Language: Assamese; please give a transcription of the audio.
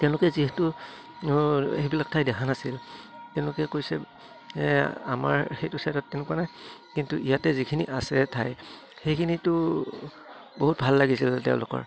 তেওঁলোকে যিহেতু সেইবিলাক ঠাই দেখা নাছিল তেওঁলোকে কৈছে আমাৰ সেইটো ছাইডত তেনেকুৱা নাই কিন্তু ইয়াতে যিখিনি আছে ঠাই সেইখিনিতো বহুত ভাল লাগিছিল তেওঁলোকৰ